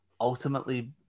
ultimately